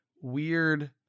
weird